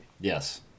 Yes